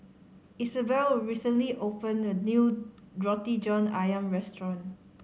Isabel recently opened a new Roti John Ayam restaurant